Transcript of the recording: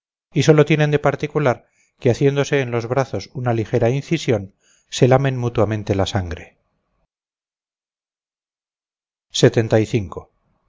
y solo tienen de particular que haciéndose en los brazos una ligera incisión se lamen mutuamente la sangre